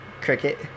Cricket